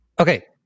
Okay